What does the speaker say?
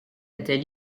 était